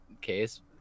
case